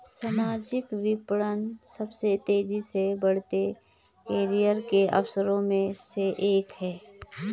सामाजिक विपणन सबसे तेजी से बढ़ते करियर के अवसरों में से एक है